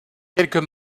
quelques